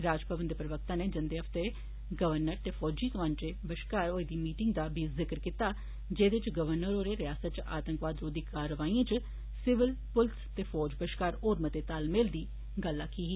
राजभवन दे प्रवक्ता नै जंदे हफ्ते गवर्नर ते फौजी कमांडर हुंदे बश्कार होई दी मीटिंग दा बी जिक्र कीता जेह्दे च गवर्नर होरें रिआसता च आतंकवाद रोधी कार्रवाईए च सिविल पुलिस ते फौज बश्कार होर मते तालमेल दी गल्ल आखी ही